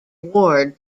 ward